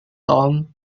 tom